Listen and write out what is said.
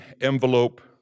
envelope